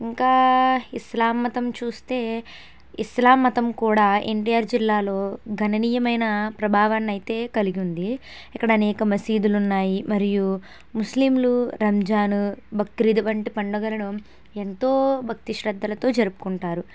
ఇంకా ఇస్లాం మతం చూస్తే ఇస్లాం మతం కూడా ఎన్ టీ ఆర్ జిల్లాలో గణనీయమైన ప్రభావాన్నయితే కలిగుంది ఇక్కడ అనేక మసీదులున్నాయి మరియు ముస్లింలు రంజాను బక్రీద్ వంటి పండగలను ఎంతో భక్తి శ్రద్ధలతో జరుపుకుంటారు